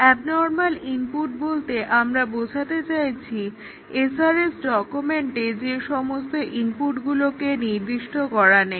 abnormal input বলতে আমরা বোঝাতে চাইছি SRS ডকুমেন্টে যে সমস্ত ইনপুটগুলোকে নির্দিষ্ট করা নেই